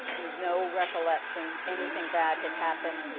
no recollection, anything bad had happened.